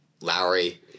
Lowry